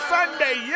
Sunday